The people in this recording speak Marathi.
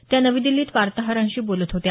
त्या नवी दिल्लीत वार्ताहरांशी बोलत होत्या